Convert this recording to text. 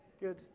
Good